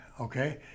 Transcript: Okay